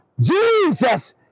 Jesus